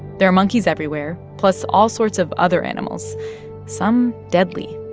there are monkeys everywhere, plus all sorts of other animals some deadly.